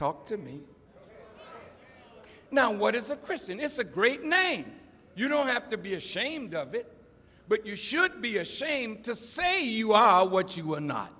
talk to me now what is a christian is a great name you don't have to be ashamed of it but you should be ashamed to say you are what you